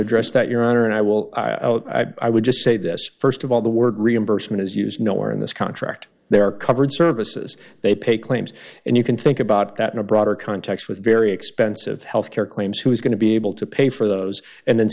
address that your honor and i will i would just say this st of all the word reimbursement is used nowhere in this contract they are covered services they pay claims and you can think about that in a broader context with very expensive health care claims who is going to be able to pay for those and then